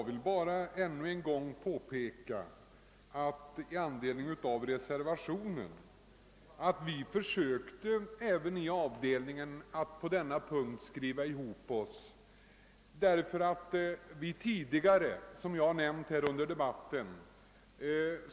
Herr talman! Med anledning av de reservationer som fogats till utskottets utlåtande på denna punkt vill jag bara ännu en gång påpeka, att vi i avdelningen på denna punkt försökte skriva ihop oss.